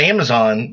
Amazon